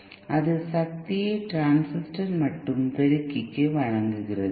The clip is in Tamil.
அது சக்தியை ட்ரான்சிஸ்டர் மற்றும் பெருக்கிக்கு வழங்குகிறது